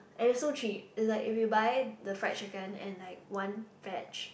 and is so cheap is like if you buy the fried chicken and like one veg